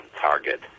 target